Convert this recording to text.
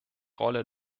rolle